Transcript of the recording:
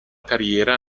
carriera